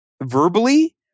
verbally